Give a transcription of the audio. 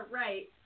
right